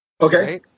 Okay